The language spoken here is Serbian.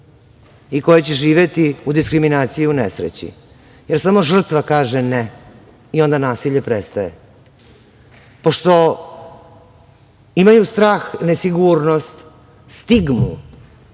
i koje će živeti u diskriminaciji i u nesreći, jer samo žrtva kaže ne i onda nasilje prestaje. Pošto imaju strah, nesigurnost, stigmu,